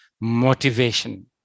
motivation